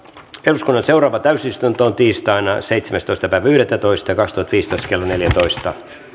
jos oli seuraava täysistunto tiistaina seitsemästoista viidettätoista kastepisteestä kello neljätoista